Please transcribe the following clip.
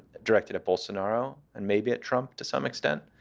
directed at bolsonaro and maybe at trump to some extent.